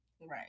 right